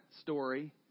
story